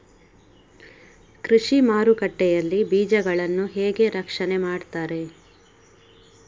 ಕೃಷಿ ಮಾರುಕಟ್ಟೆ ಯಲ್ಲಿ ಬೀಜಗಳನ್ನು ಹೇಗೆ ರಕ್ಷಣೆ ಮಾಡ್ತಾರೆ?